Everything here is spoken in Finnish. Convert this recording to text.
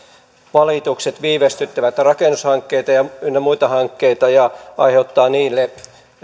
valitukset viivästyttävät rakennushankkeita ynnä muita hankkeita ja aiheuttavat niille